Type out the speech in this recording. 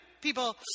people